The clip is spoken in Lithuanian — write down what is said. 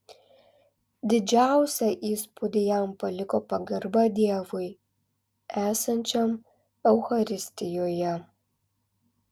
didžiausią įspūdį jam paliko pagarba dievui esančiam eucharistijoje